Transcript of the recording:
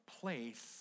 place